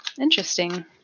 Interesting